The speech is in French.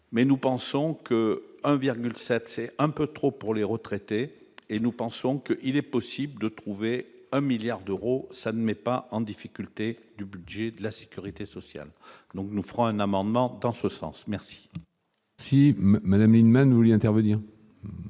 mais nous pensons que 1,7 c'est un peu trop pour les retraités et nous pensons qu'il est possible de trouver un 1000000000 d'euros, ça n'est pas en difficulté du budget de la Sécurité sociale, donc, nous ferons un amendement en ce sens, merci. Si Madame Lienemann voulait intervenir